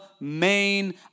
main